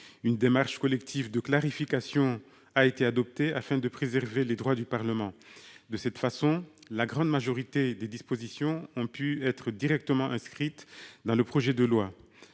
Une démarche collective de clarification a été suivie afin de préserver les droits du Parlement. De cette façon, la grande majorité des dispositions ont pu être directement inscrites dans le projet de loi.